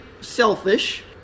selfish